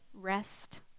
rest